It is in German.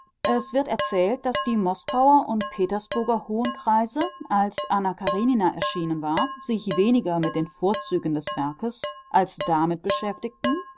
es wird erzählt daß die moskauer und petersburger hohen kreise als anna karenina erschienen war sich weniger mit den vorzügen des werkes als damit beschäftigten